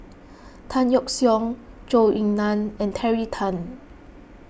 Tan Yeok Seong Zhou Ying Nan and Terry Tan